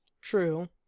True